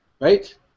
right